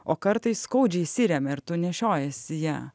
o kartais skaudžiai įsiremia ir tu nešiojiesi ją